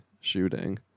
shooting